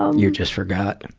um you just forgot.